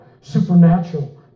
supernatural